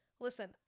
listen